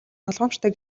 болгоомжтой